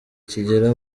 kigera